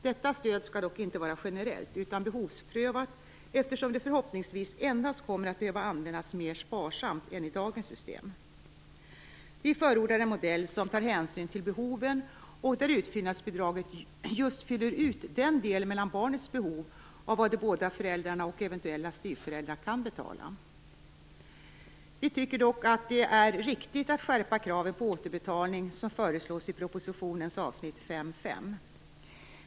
Detta stöd skall dock inte vara generellt utan behovsprövat, eftersom det förhoppningsvis endast kommer att behöva användas mer sparsamt än i dagens system. Vi förordar en modell som tar hänsyn till behoven och där utfyllnadsbidraget just fyller ut den del mellan barnets behov och vad de båda föräldrarna och eventuella styvföräldrar kan betala. Vi tycker dock att det är riktigt att skärpa kravet på återbetalning, som föreslås i propositionens avsnitt 5.5.